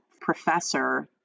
professor